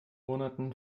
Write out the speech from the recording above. monaten